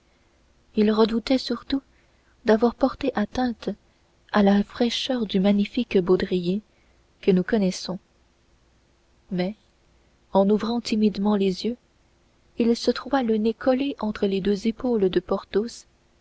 il redoutait surtout d'avoir porté atteinte à la fraîcheur du magnifique baudrier que nous connaissons mais en ouvrant timidement les yeux il se trouva le nez collé entre les deux épaules de porthos